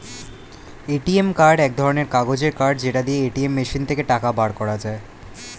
ATM card এক ধরণের কাগজের কার্ড যেটা দিয়ে এটিএম মেশিন থেকে টাকা বের করা যায়